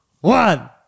one